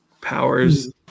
powers